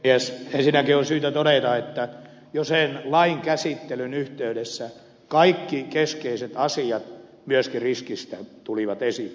ensinnäkin on syytä todeta että jo sen lain käsittelyn yhteydessä kaikki keskeiset asiat myöskin riskistä tulivat esille